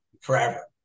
forever